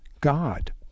God